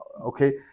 okay